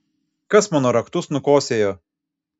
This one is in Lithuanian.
kas mano raktus nukosėjo